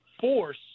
force